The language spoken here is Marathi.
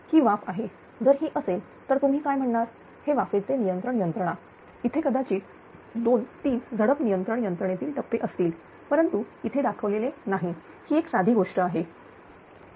ही वाफ आहे जर ही असेल तर तुम्ही काय म्हणणार हे वाफेचे नियंत्रण यंत्रणा इथे कदाचित 2 3 झडप नियंत्रण यंत्रणेतील टप्पे असतील परंतु इथे दाखवलेले नाही हे एक साधी गोष्ट असेल